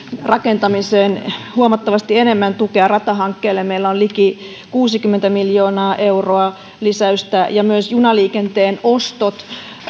rakentamiseen huomattavasti enemmän tukea ratahankkeelle meillä on liki kuusikymmentä miljoonaa euroa lisäystä ja myös junaliikenteen ostot